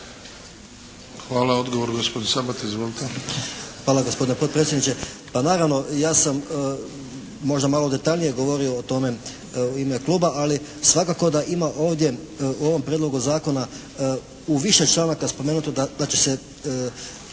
Hvala. Odgovor gospodin Sabati. Izvolite! **Sabati, Zvonimir (HSS)** Hvala gospodine potpredsjedniče. Pa naravno, ja sam možda malo detaljnije govorio o tome u ime kluba, ali svakako da ima ovdje u ovom prijedlogu zakona u više članaka spomenuto da će se